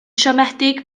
siomedig